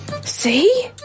See